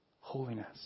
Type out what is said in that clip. Holiness